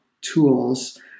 tools